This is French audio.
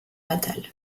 natal